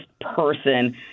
person